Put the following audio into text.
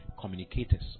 communicators